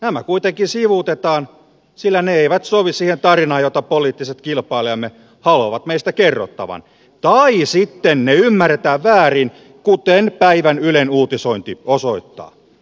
nämä kuitenkin sivuutetaan sillä ne eivät sovi siihen tarinaan jota poliittiset kilpailijamme haluavat meistä kerrottavan tai sitten ne ymmärretään väärin kuten päivän ylen uutisointi osoittaa